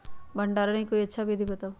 भंडारण के कोई अच्छा विधि बताउ?